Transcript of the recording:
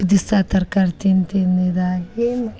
ದಿವಸ ತರಕಾರಿ ತಿಂದು ತಿಂದು ಇದಾಗಿ